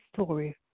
story